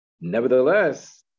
Nevertheless